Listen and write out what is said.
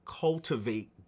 cultivate